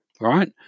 right